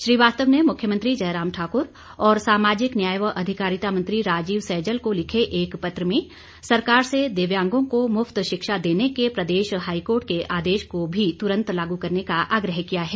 श्रीवास्तव ने मुख्यमंत्री जयराम ठाकुर और सामाजिक न्याय व अधिकारिता मंत्री राजीव सहजल को लिखे एक पत्र में सरकार से दिव्यांगों को मुफ्त शिक्षा देने के प्रदेश हाईकोर्ट के आदेश को भी तुरंत लागू करने का आग्रह किया है